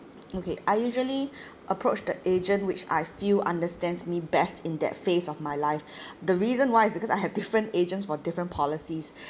okay I usually approach the agent which I feel understands me best in that phase of my life the reason why is because I have different agents for different policies